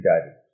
guided